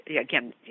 again